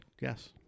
Yes